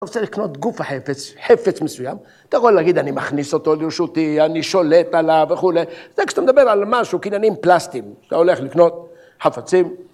‫אם אתה רוצה לקנות גוף החפץ, ‫חפץ מסוים, ‫אתה יכול להגיד, ‫אני מכניס אותו לרשותי, ‫אני שולט עליו וכו', ‫זה כשאתה מדבר על משהו, ‫קניינים פלסטיים. ‫אתה הולך לקנות חפצים,